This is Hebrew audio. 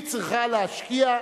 היא צריכה להשקיע,